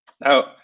Now